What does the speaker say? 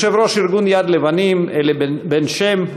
יושב-ראש ארגון "יד לבנים" אלי בן שם,